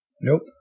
nope